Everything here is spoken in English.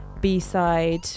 B-side